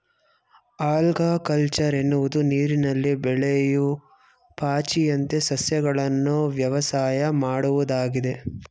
algaculture ಎನ್ನುವುದು ನೀರಿನಲ್ಲಿ ಬೆಳೆಯೂ ಪಾಚಿಯಂತ ಸಸ್ಯಗಳನ್ನು ವ್ಯವಸಾಯ ಮಾಡುವುದಾಗಿದೆ